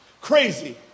Crazy